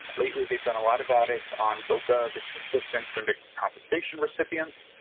lately, they've done a lot of audits on voca victim assistance and victim compensation recipients.